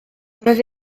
roedd